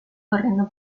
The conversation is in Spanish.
corriendo